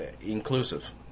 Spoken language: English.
inclusive